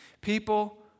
People